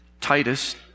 Titus